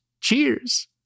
Cheers